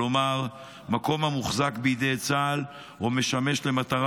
כלומר מקום המוחזק בידי צה"ל או משמש למטרה